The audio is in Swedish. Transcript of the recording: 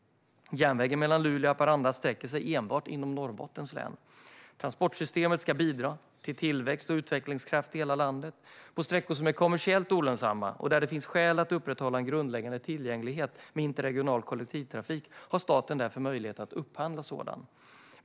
Järnvägen mellan Luleå och Haparanda sträcker sig enbart inom Norrbottens län. Transportsystemet ska bidra till tillväxt och utvecklingskraft i hela landet. På sträckor som är kommersiellt olönsamma och där det finns skäl att upprätthålla en grundläggande tillgänglighet med interregional kollektivtrafik har staten därför möjlighet att upphandla sådan trafik.